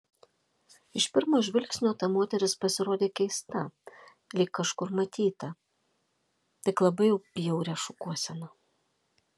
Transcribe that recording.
iš pirmo žvilgsnio ta moteris pasirodė keista lyg kažkur matyta tik labai jau bjauria šukuosena